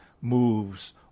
moves